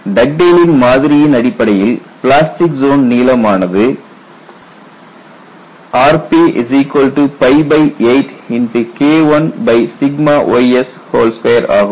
டக்டேலின் மாதிரியின் Dugdale's model அடிப்படையில் பிளாஸ்டிக் ஜோன் நீளம் ஆனது rp8K1ys2 ஆகும்